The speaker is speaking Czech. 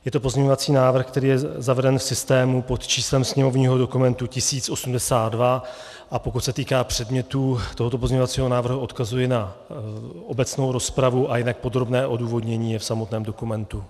Je to pozměňovací návrh, který je zaveden v systému pod číslem sněmovního dokumentu 1082, a pokud se týká předmětu tohoto pozměňovacího návrhu, odkazuji na obecnou rozpravu a jinak podrobné odůvodnění je v samotném dokumentu.